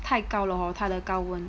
太高了 hor 他的高温